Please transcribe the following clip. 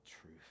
truth